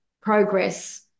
progress